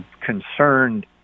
concerned